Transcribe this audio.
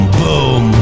boom